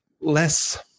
less